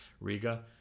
Riga